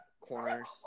corners